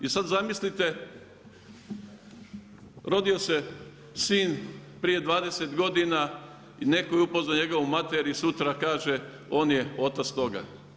I sad zamislite, rodio se sin prije 20 g. i netko je upoznao njegovu mater i sutra kaže on je otac toga.